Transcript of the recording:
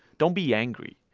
don't be angry,